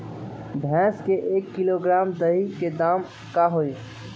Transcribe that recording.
भैस के एक किलोग्राम दही के दाम का होई?